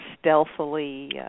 stealthily